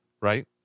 right